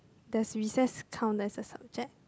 does recess count as a subject